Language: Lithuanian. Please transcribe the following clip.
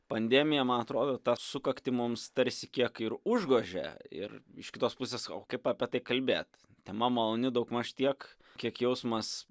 pandemija man atrodo tą sukaktį mums tarsi kiek ir užgožė ir iš kitos pusės o kaip apie tai kalbėt tema maloni daugmaž tiek kiek jausmas